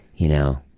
you know.